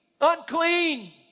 unclean